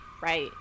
Right